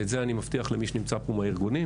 ואת זה אני מבטיח למי שנמצא פה מהארגונים,